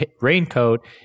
raincoat